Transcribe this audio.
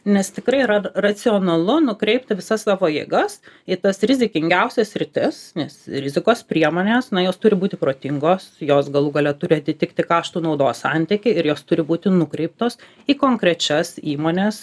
nes tikrai yra racionalu nukreipti visas savo jėgas į tas rizikingiausias sritis nes rizikos priemonės na jos turi būti protingos jos galų gale turi atitikti kašto naudos santykį ir jos turi būti nukreiptos į konkrečias įmonės